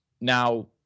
now